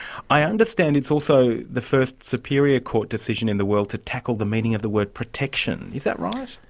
i understand it's also the first superior court decision in the world to tackle the meaning of the word protection, is that right?